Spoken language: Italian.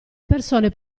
persone